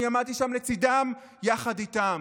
אני עמדתי שם לצידם, יחד איתם.